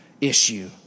issue